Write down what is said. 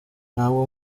ntabwo